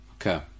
Okay